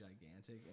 gigantic